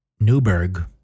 Newberg